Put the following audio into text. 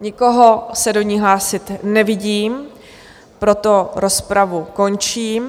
Nikoho se do ní hlásit nevidím, proto rozpravu končím.